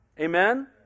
Amen